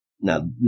Now